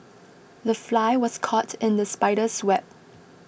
the fly was caught in the spider's web